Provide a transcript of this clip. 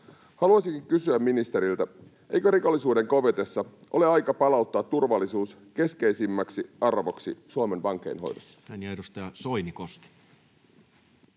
Haluaisinkin kysyä ministeriltä: eikö rikollisuuden kovetessa ole aika palauttaa turvallisuus keskeisimmäksi arvoksi Suomen vankeinhoidossa? Näin. — Ja edustaja Soinikoski.